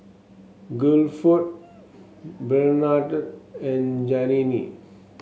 Guilford Bernhard and Janene